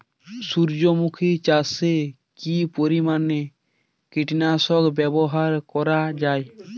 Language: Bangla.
সূর্যমুখি চাষে কি পরিমান কীটনাশক ব্যবহার করা যায়?